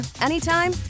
anytime